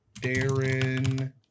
Darren